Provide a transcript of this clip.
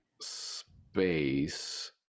space